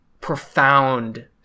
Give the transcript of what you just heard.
profound